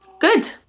Good